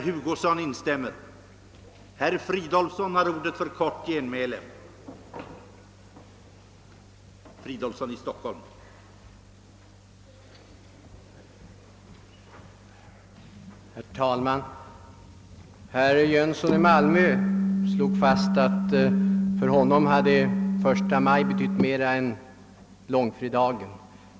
Herr talman! Herr Jönsson i Malmö slog fast, att för honom hade första maj betytt mera än långfredagen.